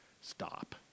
stop